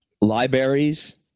Libraries